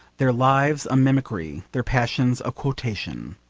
their lives a mimicry, their passions a quotation.